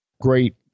Great